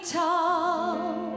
tall